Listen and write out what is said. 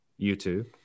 YouTube